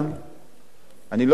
אני לא רוצה להטיל דופי בכולם,